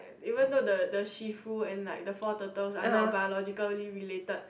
even though the Shifu and like the four turtles are not biologically related